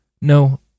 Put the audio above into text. No